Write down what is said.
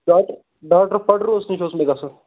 doctor doctor پڈروٗہَس نِش اوس مےٚ گَژھُن